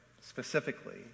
specifically